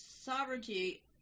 sovereignty